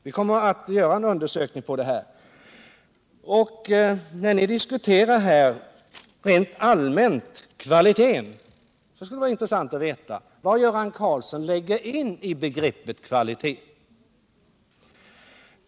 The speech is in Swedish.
Vi kommer att undersöka detta. Ni diskuterar rent allmänt kvaliteten på barnomsorgen. Det vore då intressant att veta vad t.ex. Göran Karlsson lägger in i begreppet kvalitet.